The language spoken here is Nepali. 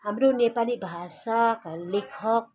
हाम्रो नेपाली भाषाका लेखक